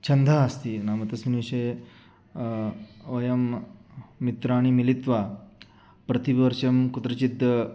छन्दः अस्ति नाम तस्मिन् विषये वयं मित्राणि मिलित्वा प्रतिवर्षं कुत्रचित्